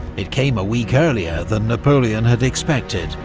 it came a week earlier than napoleon had expected,